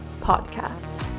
podcast